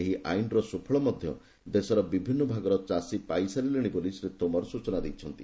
ଏହି ଆଇନର ସୁଫଳ ମଧ୍ୟ ଦେଶର ବିଭିନ୍ନ ଭାଗର ଚାଷୀ ପାଇସାରିଲେଣି ବୋଲି ଶ୍ରୀ ତୋମର ସ୍ଚନା ଦେଇଛନ୍ତି